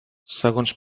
segons